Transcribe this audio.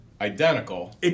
identical